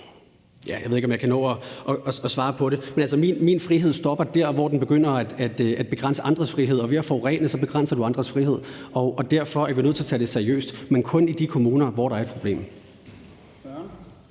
Jeg ved ikke, om jeg kan nå at svare på det, men altså, min frihed stopper der, hvor den begynder at begrænse andres, og ved at forurene begrænser du andres frihed. Derfor er vi nødt til at tage det seriøst, men kun i de kommuner, hvor der er et problem.